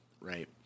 Right